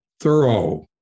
thorough